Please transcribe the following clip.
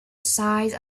size